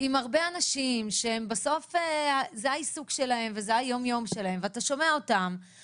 עם הרבה אנשים שזה העיסוק שלהם וזה היום יום שלהם ואתה שומע אותם,